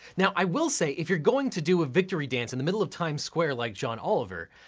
now i will say, if you're going to do a victory dance in the middle of times square like john oliver,